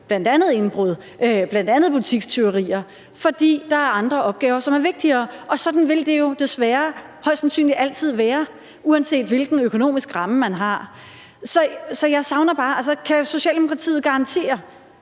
bl.a. indbrud og butikstyverier, fordi der er andre opgaver, som er vigtigere, og sådan vil det jo desværre højst sandsynligt altid være, uanset hvilken økonomisk ramme man har. Kan Socialdemokratiet garantere,